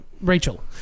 Rachel